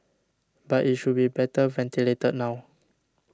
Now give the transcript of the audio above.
but it should be better ventilated now